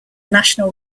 national